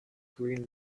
green